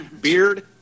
Beard